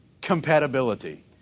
Compatibility